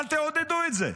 אבל תעודדו את זה.